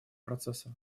процесса